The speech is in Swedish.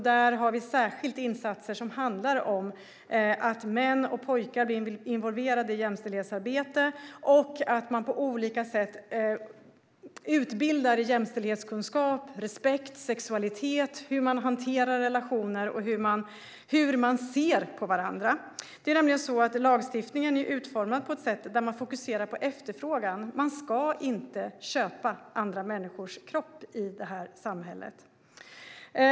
Där har vi särskilda insatser som handlar om att män och pojkar blir involverade i jämställdhetsarbetet och att man på olika sätt utbildar i jämställdhetskunskap, respekt, sexualitet, hur man hanterar relationer och hur man ser på varandra. Det är nämligen så att lagstiftningen är utformad på ett sätt där man fokuserar på efterfrågan. Man ska inte köpa andra människors kropp i det här samhället.